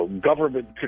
government